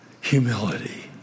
humility